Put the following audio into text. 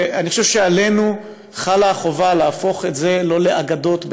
ואני חושב שעלינו חלה החובה להפוך את זה לא לאגדות,